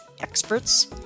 experts